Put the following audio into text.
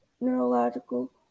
neurological